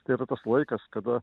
tai yra tas laikas kada